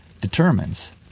determines